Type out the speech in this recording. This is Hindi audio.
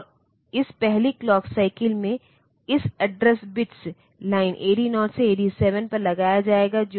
और इसका उपयोग मेमोरी लोकेशन की पहचान करने के लिए किया जाता है जहां से वैल्यू को पढ़ना पड़ता है या जहां वैल्यू लिखनी होती है